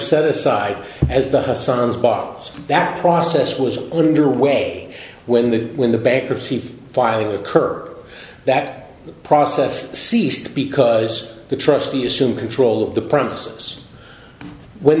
set aside as the hassan's bottles that process was underway when the when the bankruptcy filing occur that process ceased because the trustee assume control of the